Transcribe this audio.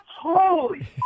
Holy